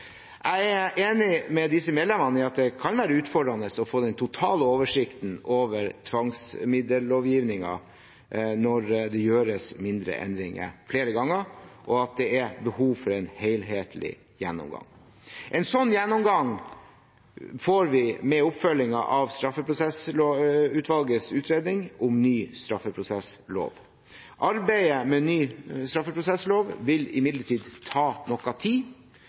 Jeg er enig med disse medlemmene i at det kan være utfordrende å få den totale oversikten over tvangsmiddellovgivningen når det gjøres mindre endringer flere ganger, og at det er behov for en helhetlig gjennomgang. En slik gjennomgang får vi med oppfølgingen av straffeprosessutvalgets utredning om ny straffeprosesslov. Arbeidet med ny straffeprosesslov vil imidlertid ta noe tid